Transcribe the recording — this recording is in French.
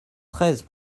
treize